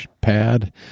pad